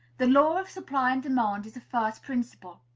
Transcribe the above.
the law of supply and demand is a first principle.